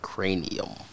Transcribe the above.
Cranium